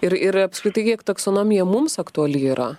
ir ir apskritai kiek taksonomija mums aktuali yra